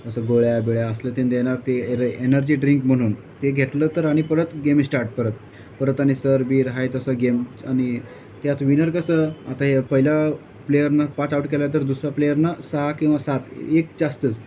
असं गोळ्या बिळ्या असलं तेन् देणार ते एरे एनर्जी ड्रिंक म्हणून ते घेतलं तर आणि परत गेम स्टार्ट परत परत आणि सर बीर राहाय तसं गेम आणि त्यात विनर कसं आता हे पहिलं प्लेयरनं पाच आऊट केला आहे तर दुसरा प्लेयरनं सहा किंवा सात एक जास्तच